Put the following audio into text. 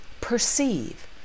Perceive